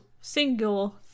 single